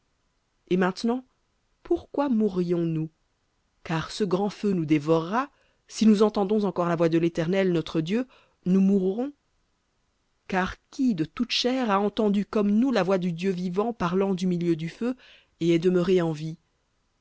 et maintenant pourquoi mourrions nous car ce grand feu nous dévorera si nous entendons encore la voix de l'éternel notre dieu nous mourrons car qui de toute chair a entendu comme nous la voix du dieu vivant parlant du milieu du feu et est demeuré en vie